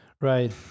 Right